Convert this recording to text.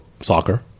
soccer